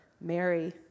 Mary